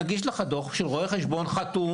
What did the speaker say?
נגיש לך דוח של רואה חשבון חתום,